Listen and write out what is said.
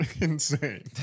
insane